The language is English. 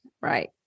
Right